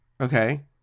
okay